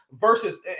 Versus